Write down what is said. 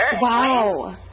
Wow